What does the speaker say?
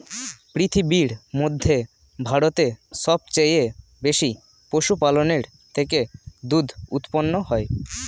পৃথিবীর মধ্যে ভারতে সবচেয়ে বেশি পশুপালনের থেকে দুধ উৎপন্ন হয়